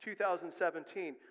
2017